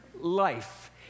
life